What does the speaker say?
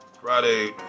Friday